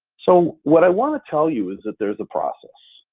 so what i wanna tell you is that there's a process.